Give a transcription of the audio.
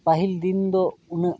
ᱯᱟᱹᱦᱤᱞ ᱫᱤᱱ ᱫᱚ ᱩᱱᱟᱹᱜ